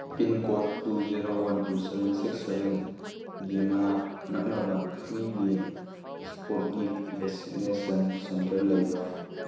pincode two zero one two seven six ꯁꯚꯦꯟꯒꯤ ꯃꯅꯥꯛ ꯅꯛꯅꯕ ꯐ꯭ꯔꯤꯒꯤ ꯁ꯭ꯄꯨꯠꯅꯤꯛ ꯚꯦꯁꯤꯟꯅꯦꯁꯟ ꯁꯦꯟꯇꯔ ꯂꯩꯕ꯭ꯔꯥ